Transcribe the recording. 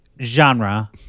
Genre